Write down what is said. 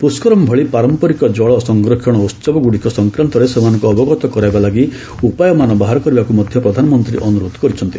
ପୁଷ୍କରମ୍ ଭଳି ପାରମ୍ପରିକ ଜଳ ସଂରକ୍ଷଣ ଉହବଗ୍ରଡ଼ିକ ସଂକ୍ରାନ୍ତରେ ସେମାନଙ୍କୁ ଅବଗତ କରାଇବା ଲାଗି ଉପାୟମାନ ବାହାର କରିବାକୁ ମଧ୍ୟ ପ୍ରଧାନମନ୍ତ୍ରୀ ଅନୁରୋଧ କରିଛନ୍ତି